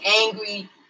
angry